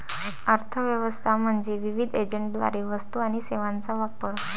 अर्थ व्यवस्था म्हणजे विविध एजंटद्वारे वस्तू आणि सेवांचा वापर